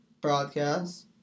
broadcast